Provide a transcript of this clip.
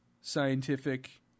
scientific